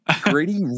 Grady